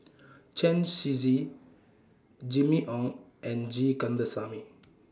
Chen Shiji Jimmy Ong and G Kandasamy